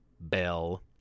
bell